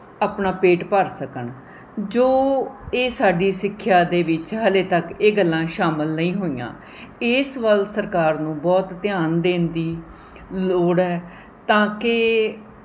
ਆਪਣਾ ਪੇਟ ਭਰ ਸਕਣ ਜੋ ਇਹ ਸਾਡੀ ਸਿੱਖਿਆ ਦੇ ਵਿੱਚ ਹਾਲੇ ਤੱਕ ਇਹ ਗੱਲਾਂ ਸ਼ਾਮਿਲ ਨਹੀਂ ਹੋਈਆਂ ਇਸ ਵੱਲ ਸਰਕਾਰ ਨੂੰ ਬਹੁਤ ਧਿਆਨ ਦੇਣ ਦੀ ਲੋੜ ਹੈ ਤਾਂ ਕਿ